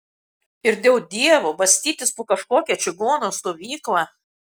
ir dėl dievo bastytis po kažkokią čigonų stovyklą